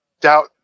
doubt